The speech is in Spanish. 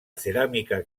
cerámica